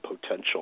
potential